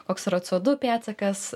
koks yra co du pėdsakas